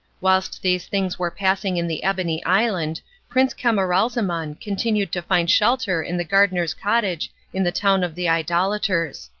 whilst these things were passing in the ebony island prince camaralzaman continued to find shelter in the gardeners cottage in the town of the idolaters.